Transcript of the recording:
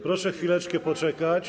Proszę chwileczkę poczekać.